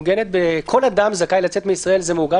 כל אדם זכאי לצאת מישראל וזה מעוגן